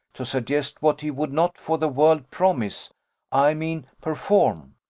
to suggest what he would not for the world promise i mean perform.